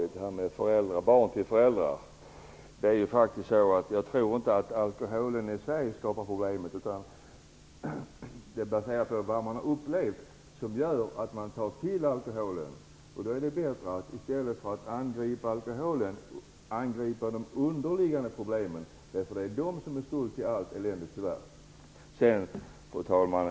Beträffande det som sades om barnen och föräldrarna vill jag säga att jag inte tror att det är alkoholen i sig som skapar problem i Sverige, utan det är det som man har upplevt som gör att man tar till alkoholen. Därför är det bättre att i stället för att angripa alkoholen angripa de underliggande problemen. Det är, tyvärr, de som är skulden till allt elände. Fru talman!